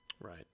right